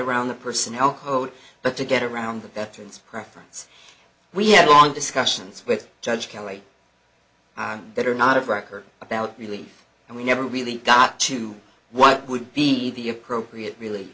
around the personnel code but to get around the veterans preference we had long discussions with judge can wait on that are not of record about really and we never really got to what would be the appropriate really